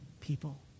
people